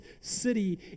city